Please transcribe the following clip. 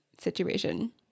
situation